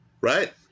Right